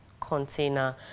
container